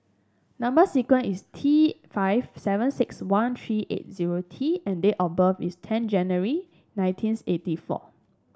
number sequence is T five seven six one three eigh zero T and date of birth is ten January nineteens eighty four